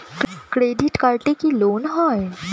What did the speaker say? Credit কার্ডে কি loan হয়?